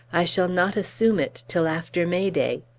i shall not assume it till after may-day!